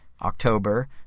October